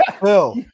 Phil